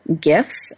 gifts